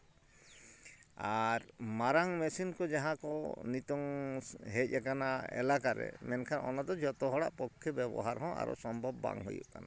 ᱟᱨ ᱢᱟᱨᱟᱝ ᱢᱤᱥᱤᱱ ᱠᱚ ᱡᱟᱦᱟᱸ ᱠᱚ ᱱᱤᱛᱳᱝ ᱦᱮᱡ ᱟᱠᱟᱱᱟ ᱮᱞᱟᱠᱟ ᱨᱮ ᱢᱮᱱᱠᱷᱟᱱ ᱚᱱᱟ ᱫᱚ ᱡᱚᱛᱚ ᱦᱚᱲᱟᱜ ᱯᱚᱠᱠᱷᱮ ᱵᱮᱵᱚᱦᱟᱨ ᱦᱚᱸ ᱟᱨᱚ ᱥᱚᱢᱵᱷᱚᱵᱽ ᱵᱟᱝ ᱦᱩᱭᱩᱜᱼᱟ